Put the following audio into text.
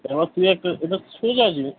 এবার তুই একটা এটা তো সোজা জিনিস